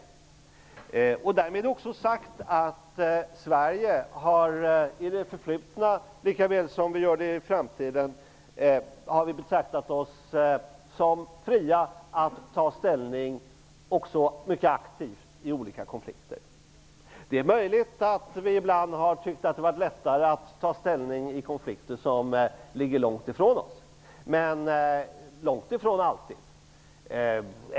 Därmed är det också sagt att vi i Sverige i det förflutna -- liksom vi kommer att göra i framtiden -- har betraktat oss som fria att ta ställning, också mycket aktivt, i olika konflikter. Det är möjligt att vi ibland tyckt att det har varit lättare att ta ställning i fråga om konflikter långt borta, men så har det alls inte alltid varit.